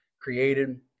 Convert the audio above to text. created